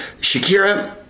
Shakira